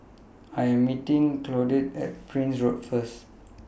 I Am meeting Claudette At Prince Road First